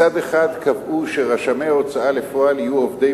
מצד אחד קבעו שרשמי ההוצאה לפועל יהיו עובדי